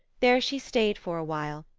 there she stayed for a while,